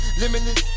limitless